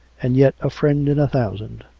and yet a friend in a thousand,